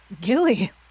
Gilly